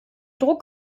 druck